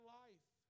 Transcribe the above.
life